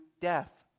death